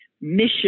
mission